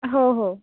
हो हो